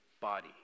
body